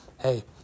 hey